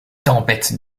tempête